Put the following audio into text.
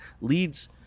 Leads